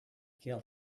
killed